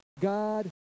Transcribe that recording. God